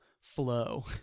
flow